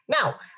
Now